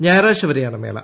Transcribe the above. ഞായറാഴ്ച വരെയാണ് മേള